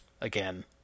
again